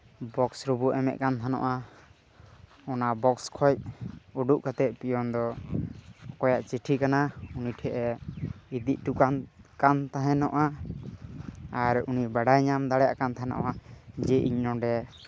ᱵᱚᱠᱥᱚ ᱨᱮᱵᱚ ᱮᱢᱮᱫ ᱠᱟᱱ ᱛᱟᱦᱮᱱᱚᱜᱼᱟ ᱚᱱᱟ ᱵᱚᱠᱥ ᱠᱷᱚᱱ ᱩᱰᱩᱠ ᱠᱟᱛᱮᱫ ᱯᱤᱭᱳᱱ ᱫᱚ ᱚᱠᱚᱭᱟᱜ ᱪᱤᱴᱷᱤ ᱠᱟᱱᱟ ᱩᱱᱤ ᱴᱷᱮᱱᱼᱮ ᱤᱫᱤ ᱦᱚᱴᱚ ᱠᱟᱸᱜ ᱠᱟᱱ ᱛᱟᱦᱮᱱᱚᱜᱼᱟ ᱟᱨ ᱩᱱᱤᱭ ᱵᱟᱰᱟᱭ ᱧᱟᱢ ᱫᱡᱟᱲᱮᱭᱟᱜ ᱠᱟᱱ ᱛᱪᱟᱦᱮᱱᱚᱜᱼᱟ ᱡᱮ ᱤᱧ ᱱᱚᱸᱰᱮ